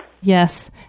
Yes